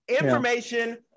information